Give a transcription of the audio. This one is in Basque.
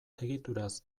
egituraz